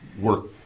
work